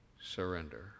surrender